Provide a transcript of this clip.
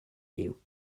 you